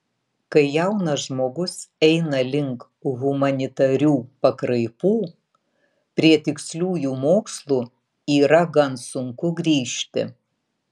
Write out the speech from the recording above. kai jaunas žmogus eina link humanitarių pakraipų prie tiksliųjų mokslų yra gan sunku grįžti